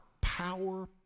power